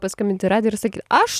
paskambint į radiją ir sakyt aš